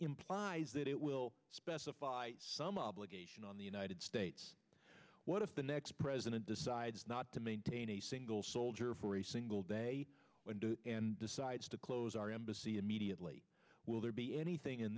implies that it will specify some obligation on the united states what if the next president decides not to maintain a single soldier for a single day and decides to close our embassy immediately will there be anything in